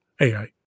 AI